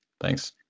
Thanks